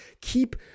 keep